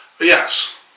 Yes